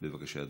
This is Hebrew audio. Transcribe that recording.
בבקשה,